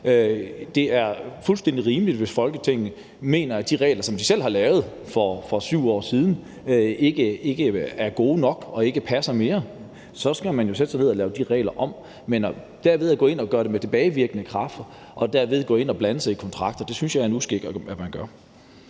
Det er fuldstændig rimeligt, hvis Folketinget mener, at de regler, som de selv har lavet for 7 år siden, ikke er gode nok og ikke passer mere. Så skal man jo sætte sig ned og lave de regler om. Men at gå ind og gøre det med tilbagevirkende kraft og derved gå ind og blande sig i kontrakter synes jeg er en uskik.